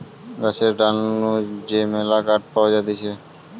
গাছের ডাল নু যে মেলা কাঠ পাওয়া যাতিছে